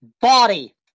body